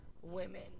women